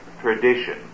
tradition